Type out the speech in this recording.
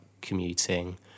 commuting